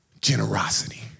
generosity